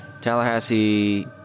Tallahassee